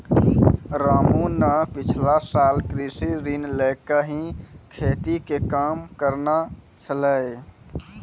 रामू न पिछला साल कृषि ऋण लैकॅ ही खेती के काम करनॅ छेलै